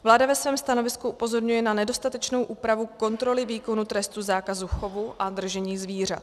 Vláda ve svém stanovisku upozorňuje na nedostatečnou úpravu kontroly výkonu trestu zákazu chovu a držení zvířat.